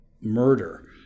murder